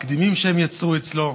תקדימים שהם יצרו אצלו,